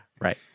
Right